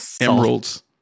Emeralds